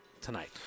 tonight